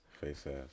face-ass